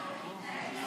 בבקשה.